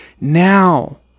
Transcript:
Now